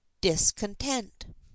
DISCONTENT